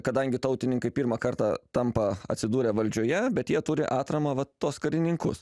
kadangi tautininkai pirmą kartą tampa atsidūrę valdžioje bet jie turi atramą va tuos karininkus